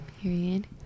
period